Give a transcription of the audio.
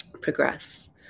progress